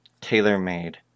tailor-made